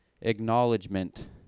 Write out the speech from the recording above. acknowledgement